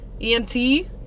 EMT